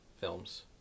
films